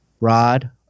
rod